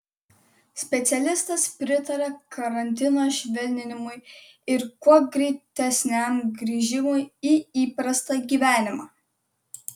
specialistas pritaria karantino švelninimui ir kuo greitesniam grįžimui į įprastą gyvenimą